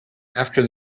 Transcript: after